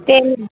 कंहिं